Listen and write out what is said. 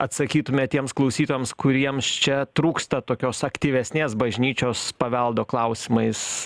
atsakytumėt tiems klausytojams kuriems čia trūksta tokios aktyvesnės bažnyčios paveldo klausimais